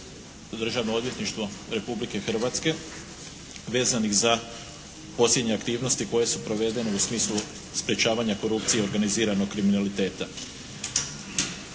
Državno odvjetništvo Republike Hrvatske vezanih za posljednje aktivnosti koje su provedene u smislu sprječavanja korupcije organiziranog kriminaliteta.